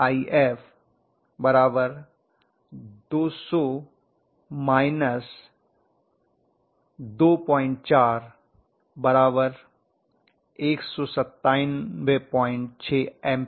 IL −If 200 24 1976A